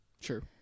Sure